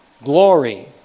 Glory